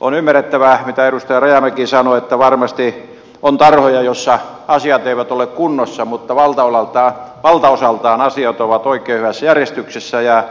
on ymmärrettävää mitä edustaja rajamäki sanoi varmasti on tarhoja joissa asiat eivät ole kunnossa mutta valtaosaltaan asiat ovat oikein hyvässä järjestyksessä ja